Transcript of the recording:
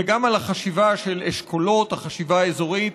וגם על החשיבה של אשכולות, החשיבה האזורית.